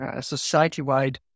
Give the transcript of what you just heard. society-wide